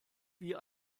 wie